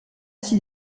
ainsi